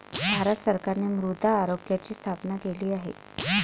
भारत सरकारने मृदा आरोग्याची स्थापना केली आहे